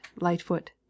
Lightfoot